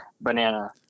banana